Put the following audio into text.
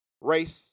race